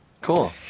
Cool